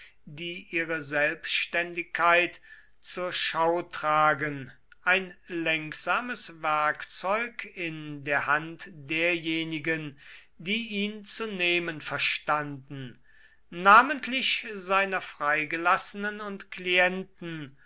die ihre selbständigkeit zur schau tragen ein lenksames werkzeug in der hand derjenigen die ihn zu nehmen verstanden namentlich seiner freigelassenen und klienten